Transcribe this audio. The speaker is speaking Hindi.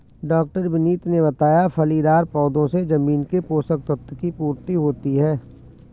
डॉ विनीत ने बताया फलीदार पौधों से जमीन के पोशक तत्व की पूर्ति होती है